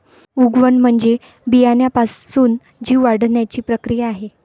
उगवण म्हणजे बियाण्यापासून जीव वाढण्याची प्रक्रिया आहे